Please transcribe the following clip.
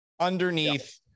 underneath